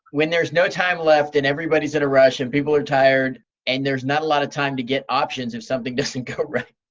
when there's no time left and everybody's in a rush and people are tired and there's not a lot of time to get options if something doesn't go right.